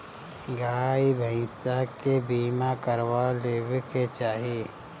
गाई भईसा के बीमा करवा लेवे के चाही